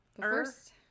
First